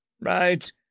right